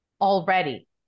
already